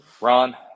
Ron